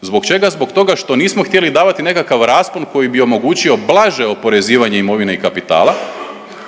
zbog čega? Zbog toga što nismo htjeli davati nekakav raspon koji bi omogućio blaže oporezivanje imovine i kapitala,